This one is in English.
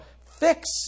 fix